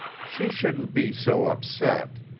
she shouldn't be so upset.